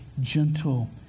gentle